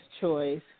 Choice